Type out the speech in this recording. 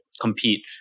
compete